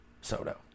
Soto